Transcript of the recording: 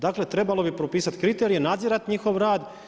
Dakle, trebalo bi propisati kriterije, nadzirati njihov rat.